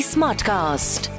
Smartcast